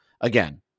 Again